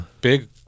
big